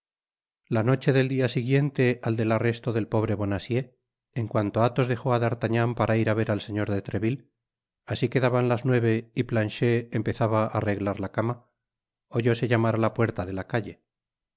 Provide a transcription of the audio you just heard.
la noche del dia siguiente al del arresto del pobre bonacieux en cuanto athos dejó á d'artagnan para ir á ver al señor de treville asi que daban las nueve y planchet empezaba á arreglar la cama oyóse llamar á la puerta de la catle la